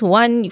one